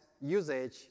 usage